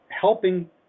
helping